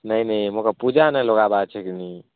ନାଇଁ ନାଇଁ ମୋକେ ପୂଜାନେ ଲଗାବା ଅଛେ କି ନାଇଁ